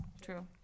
true